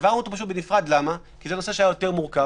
העברנו אותו בנפרד כי זה נושא שהיה יותר מורכב